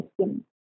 skin